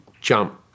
jump